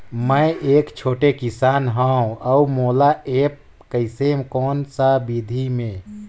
मै एक छोटे किसान हव अउ मोला एप्प कइसे कोन सा विधी मे?